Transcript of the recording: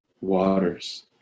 waters